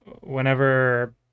whenever